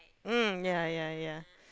mm ya ya ya